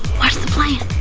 what's the plan?